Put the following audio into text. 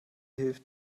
hilft